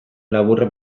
laburrak